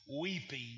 weeping